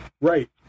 Right